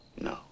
No